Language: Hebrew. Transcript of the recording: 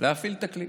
להפעיל את הכלי.